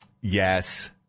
yes